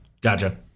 gotcha